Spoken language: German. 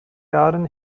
jahren